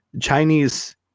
chinese